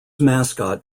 mascot